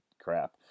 crap